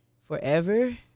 forever